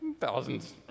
thousands